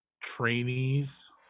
trainees